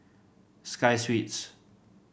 Sky Suites